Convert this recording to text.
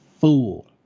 fool